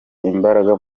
imbaraga